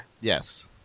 Yes